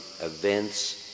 events